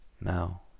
now